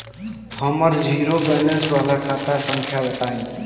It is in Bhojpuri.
हमर जीरो बैलेंस वाला खाता संख्या बताई?